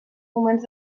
moments